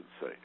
say